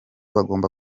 bagomba